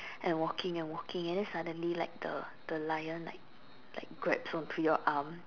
and walking and walking and then suddenly like the the lion like like grabs on to your arm